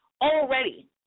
already